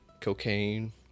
cocaine